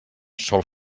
sol